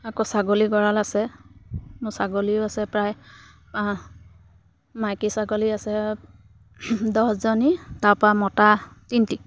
আকৌ ছাগলী গঁৰাল আছে মোৰ ছাগলীও আছে প্ৰায় আহ মাইকী ছাগলী আছে দহজনী তাৰপৰা মতা তিনিটি